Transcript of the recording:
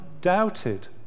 doubted